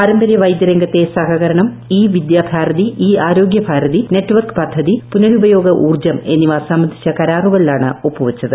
പാരമ്പര്യ വൈദ്യരംഗത്തെ സഹകരണം e Vidyabharati e Arogyabharati network പദ്ധതി പുനരുപയോഗ ഊർജ്ജം എന്നിവ സംബന്ധിച്ച കരാറുകളിലാണ് ഒപ്പുവച്ചത്